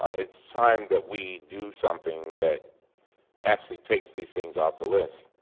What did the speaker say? ah it's time that we do something that actually takes these things off the list.